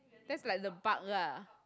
that's like the bug lah